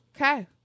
Okay